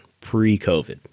Pre-COVID